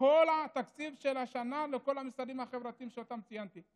כל התקציב של השנה לכל המשרדים החברתיים שציינתי.